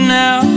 now